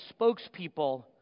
spokespeople